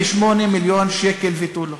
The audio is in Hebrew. "58 מיליון ש"ח", ותו לא.